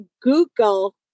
Google